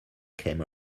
came